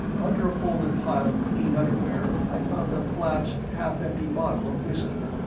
under a folded pile of clean underwear i found a flat half-empty bottle of whiskey.